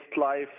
life